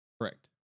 correct